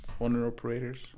owner-operators